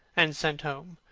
and sent home.